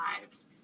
lives